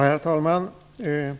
Herr talman!